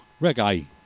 reggae